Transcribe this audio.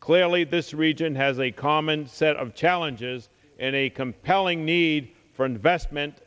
clearly this region has a common set of challenges and a compelling need for investment